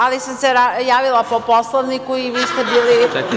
Ali sam se javila po Poslovniku i vi ste bili…